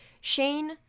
Shane